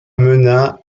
mena